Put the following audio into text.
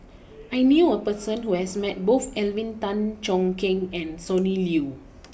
I knew a person who has met both Alvin Tan Cheong Kheng and Sonny Liew